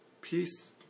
peace